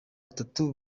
batatu